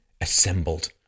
assembled